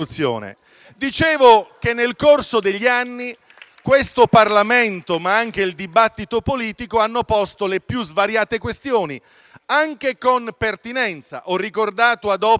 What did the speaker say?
Dicevo che nel corso degli anni, questo Parlamento, ma anche il dibattito politico hanno posto le più svariate questioni, anche con pertinenza. Ho ricordato ad opera